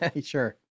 Sure